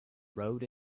rode